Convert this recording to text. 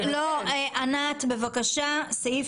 סעיף